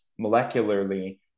molecularly